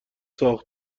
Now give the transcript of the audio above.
ساخت